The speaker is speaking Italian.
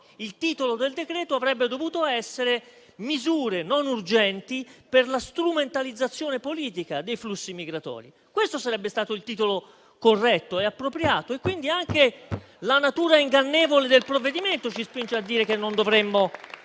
Il titolo del decreto avrebbe dovuto essere: «Misure non urgenti per la strumentalizzazione politica dei flussi migratori». Questo sarebbe stato il titolo corretto e appropriato. Quindi anche la natura ingannevole del provvedimento ci spinge a dire che non dovremmo